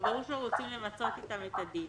וברור שרוצים למצות איתם את הדין,